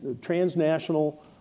transnational